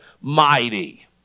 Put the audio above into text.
mighty